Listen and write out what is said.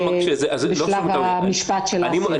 בשלב המשפט של --- סליחה שאני מקשה.